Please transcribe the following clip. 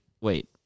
wait